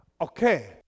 Okay